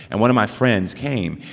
and one of my friends came.